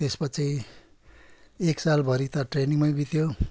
त्यसपछि एक सालभरि त ट्रेनिङमै बित्यो